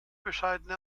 bescheidene